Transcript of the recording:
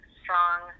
strong